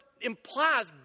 implies